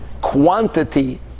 quantity